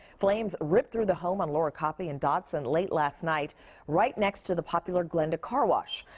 flames ripped through the home on laura koppe and dodson late last night right next to the popular glenda car wash.